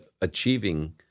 achieving